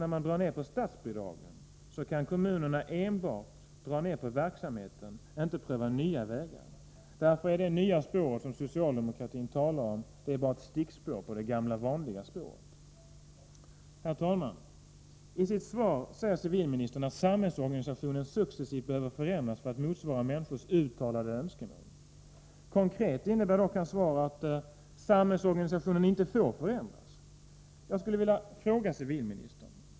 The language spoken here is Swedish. När man minskar statsbidragen har kommunerna nämligen endast att dra ner på verksamheten. De ges ingen möjlighet att pröva nya vägar. Det nya ”spår” som socialdemokratin talar om är därför bara ett stickspår till det gamla vanliga spåret. Herr talman! I sitt svar säger civilministern att samhällsorganisationen successivt behöver förändras för att motsvara människors uttalade önskemål. Konkret innebär dock hans svar att samhällsorganisationen inte får förändras.